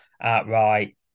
outright